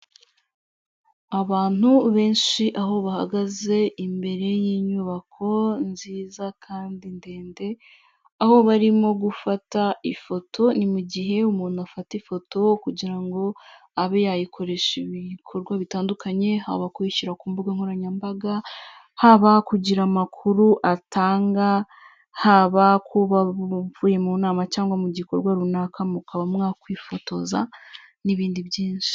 Abantu benshi aho bahagaze imbere y'inyubako nziza kandi ndende, aho barimo gufata ifoto ni mu gihe umuntu afata ifoto kugira ngo abe yayikoresha ibikorwa bitandukanye haba kuyishyira ku mbuga nkoranyambaga, haba kugira amakuru atanga, haba kuba uvuye mu nama cyangwa mu gikorwa runaka mukaba mwakwifotoza n'ibindi byinshi.